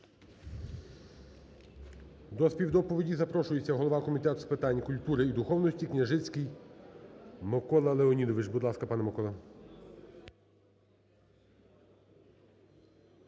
До співдоповіді запрошується голова Комітету з питань культури і духовності Княжицький Микола Леонідович. Будь ласка, пане Микола.